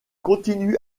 continue